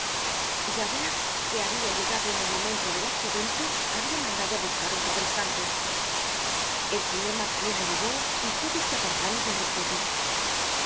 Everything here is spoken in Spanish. debajo javert que habia llegado en el momento del accidente habia mandado á buscar un cabrestante content from google book search generated at el señor magdalena llegó y todos se apartaron con respeto